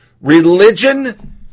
Religion